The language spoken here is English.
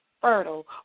fertile